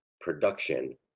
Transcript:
production